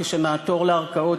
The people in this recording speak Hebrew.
כשנעתור לערכאות,